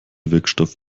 wirkstoff